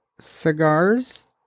cigars